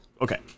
Okay